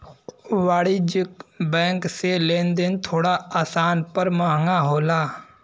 वाणिज्यिक बैंक से लेन देन थोड़ा आसान पर महंगा होला